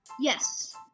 Yes